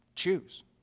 choose